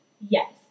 Yes